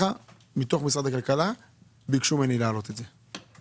ממשרד הכלכלה ביקשו ממני להעלות את זה.